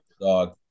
dog